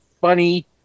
funny